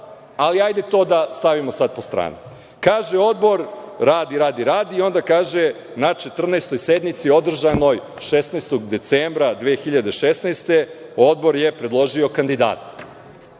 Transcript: ali da to stavimo sad po strani. Kaže odbor radi, radi, radi i onda kaže – na 14. sednici održanoj 16. decembra 2016. godine odbor je predložio kandidata.